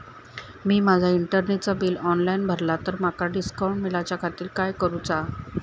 मी माजा इंटरनेटचा bill online भरला तर माका डिस्काउंट मिलाच्या खातीर काय करुचा?